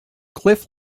cliff